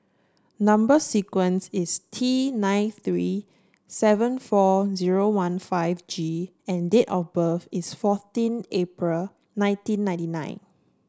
number sequence is T nine three seven four zero one five G and date of birth is fourteen April nineteen ninety nine